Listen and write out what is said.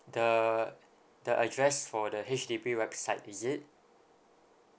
the the address for the H_D_B website is it